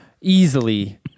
easily